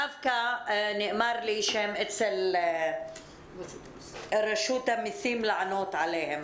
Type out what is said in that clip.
נאמר לי שרשות המסים צריכה לענות עליהן.